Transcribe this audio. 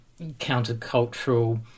countercultural